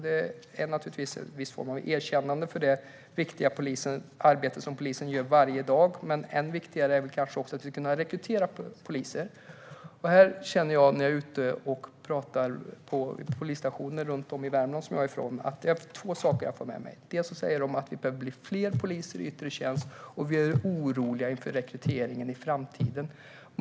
Detta är naturligtvis en form av erkännande för det viktiga arbete som polisen gör varje dag, men än viktigare är det kanske för att man ska kunna rekrytera poliser. När jag är ute och pratar på polisstationer runt om i Värmland, där jag kommer ifrån, är det två saker som jag brukar få med mig. Dels säger folk att det behövs fler poliser i yttre tjänst, dels att de är oroliga för rekryteringen i framtiden.